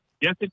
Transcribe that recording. Yes